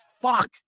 fuck